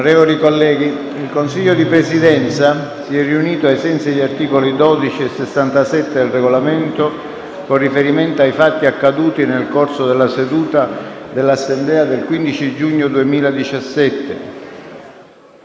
Onorevoli colleghi, il Consiglio di Presidenza si è riunito ai sensi degli articoli 12 e 67 del Regolamento con riferimento ai fatti accaduti nel corso della seduta dell'Assemblea del 15 giugno 2017.